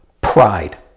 pride